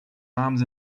arms